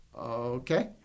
Okay